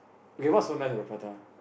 okay what's so nice about prata